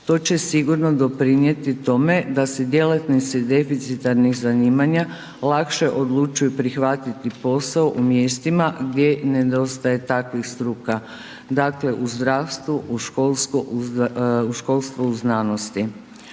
To će sigurno doprinijeti tome da se djelatnici deficitarnih zanimanja lakše odlučuju prihvatiti posao u mjestima gdje nedostaje takvih struka, dakle u zdravstvu, u školstvu, u znanosti.